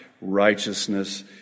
righteousness